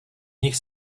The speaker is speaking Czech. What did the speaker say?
nich